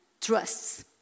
trusts